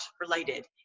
related